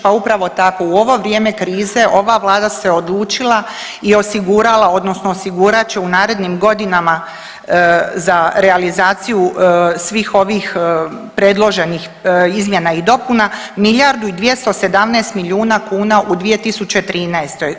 Pa upravo tako u ovo vrijeme krize ova Vlada se odlučila i osigurala, odnosno osigurat će u narednim godinama za realizaciju svih ovih predloženih izmjena i dopuna milijardu i 217 milijuna kuna u 2013.